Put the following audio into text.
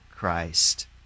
Christ